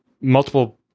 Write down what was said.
multiple